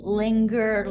linger